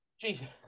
Jesus